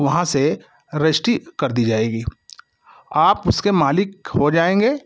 वहाँ से रजिस्ट्री कर दी जाएगी आप उसके मालिक हो जाएँगे